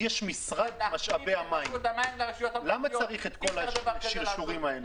אם יש משרד משאבי המים למה צריך את כל השרשורים האלה?